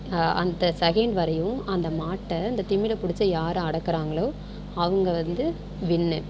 அந்த செகேண்ட் வரையும் அந்த மாட்டை அந்த திமிலை பிடிச்சி யாரு அடக்குகிறாங்களோ அவங்க வந்து வின்னு